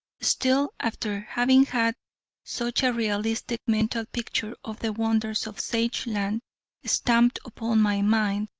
still after having had such a realistic mental picture of the wonders of sage-land stamped upon my mind,